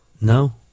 No